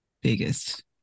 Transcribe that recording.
biggest